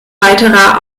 weiterer